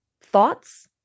thoughts